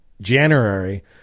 January